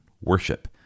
worship